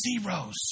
zeros